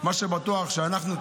מה שבטוח הוא שאנחנו,